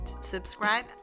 subscribe